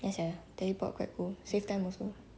nice ya teleport quite cool save time also